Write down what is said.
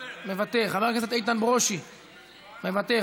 מוותר, חבר הכנסת איתן ברושי, מוותר,